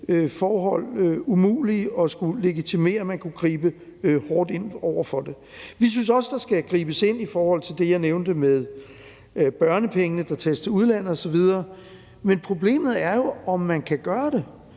forhold umulige og skulle legitimere, at man kunne gribe hårdt ind over for det. Vi synes også, der skal gribes ind i forhold til det, jeg nævnte med børnepengene, der tages til udlandet osv., men problemet er jo, om man kan gøre det.